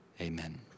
Amen